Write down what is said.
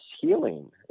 healing